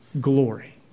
glory